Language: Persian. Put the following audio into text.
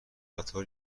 قطار